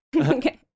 Okay